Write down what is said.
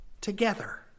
Together